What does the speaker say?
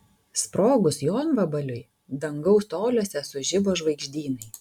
sprogus jonvabaliui dangaus toliuose sužibo žvaigždynai